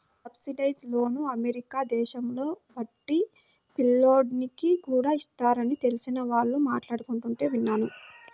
subsidised లోన్లు America దేశంలో బడి పిల్లోనికి కూడా ఇస్తారని తెలిసిన వాళ్ళు మాట్లాడుకుంటుంటే విన్నాను